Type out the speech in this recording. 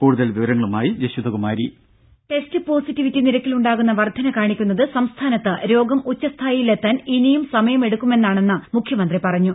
കൂടുതൽ വിവരങ്ങളുമായി ജഷിതകുമാരി ദര ടെസ്റ്റ് പോസിറ്റിവിറ്റി നിരക്കിൽ ഉണ്ടാകുന്ന വർദ്ധന കാണിക്കുന്നത് സംസ്ഥാനത്തു രോഗം ഉച്ഛസ്ഥായിയിലെത്താൻ ഇനിയും സമയം എടുക്കുമെന്നാണെന്നും മുഖ്യമന്ത്രി പറഞ്ഞു